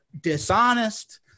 dishonest